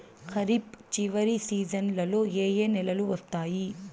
ఖరీఫ్ చివరి సీజన్లలో ఏ ఏ నెలలు వస్తాయి